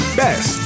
best